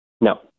No